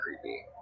creepy